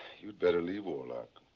you'd better leave warlock.